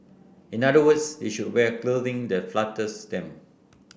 in other words they should wear clothing that flatters them